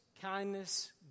kindness